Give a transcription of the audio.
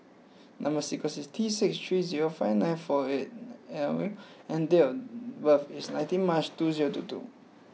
number sequence is T six three zero five nine four eight and date of birth is nineteen March two zero two two